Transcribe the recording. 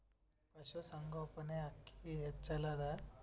ಪಶುಸಂಗೋಪನೆ ಅಕ್ಕಿ ಹೆಚ್ಚೆಲದಾ?